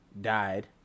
died